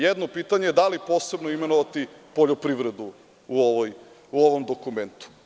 Jedno pitanje da li posebno imenovati poljoprivredu u ovom dokumentu?